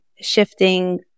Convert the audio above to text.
shifting